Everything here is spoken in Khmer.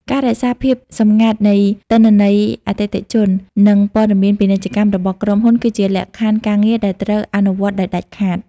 ការរក្សាភាពសម្ងាត់នៃទិន្នន័យអតិថិជន និងព័ត៌មានពាណិជ្ជកម្មរបស់ក្រុមហ៊ុន គឺជាលក្ខខណ្ឌការងារដែលត្រូវអនុវត្តដោយដាច់ខាត។